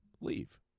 leave